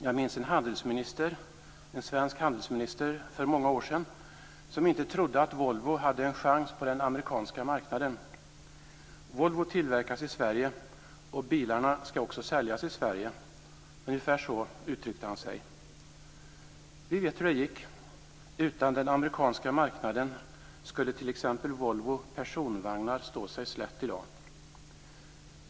Jag minns en svensk handelsminister som för många år sedan inte trodde att Volvo hade en chans på den amerikanska marknaden. Volvo tillverkas i Sverige och bilarna skall också säljas i Sverige. Ungefär så uttryckte han sig. Vi vet hur det gick. Utan den amerikanska marknaden skulle t.ex. Volvo personvagnar stå sig slätt i dag.